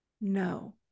no